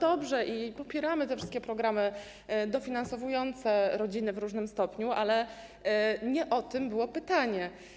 Oczywiście popieramy te wszystkie programy dofinansowujące rodziny w różnym stopniu, ale nie o to było pytanie.